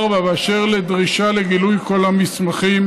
4. באשר לדרישה לגילוי כל המסמכים,